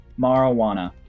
Marijuana